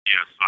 Yes